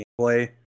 gameplay